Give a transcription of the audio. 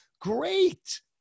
Great